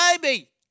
baby